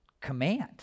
command